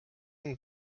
and